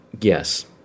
Yes